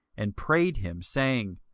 and prayed him, saying,